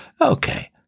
Okay